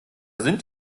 sind